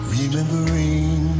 Remembering